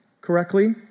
correctly